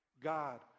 God